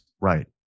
right